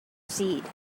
seed